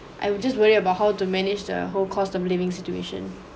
I would just worry about how to manage the whole cost of living situation